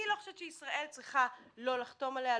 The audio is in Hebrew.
אני לא חושבת שישראל צריכה לא לחתום אליה,